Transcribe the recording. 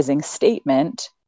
statement